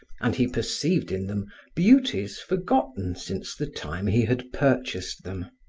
and he perceived in them beauties forgotten since the time he had purchased them.